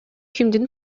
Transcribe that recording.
кимдин